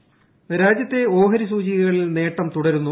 ഓഹരി വിപണി രാജ്യത്തെ ഓഹരി സൂചികകളിൽ നേട്ടം തുടരുന്നു